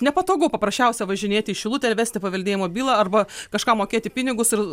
nepatogu paprasčiausia važinėti į šilutę ir vesti paveldėjimo bylą arba kažkam mokėti pinigus ir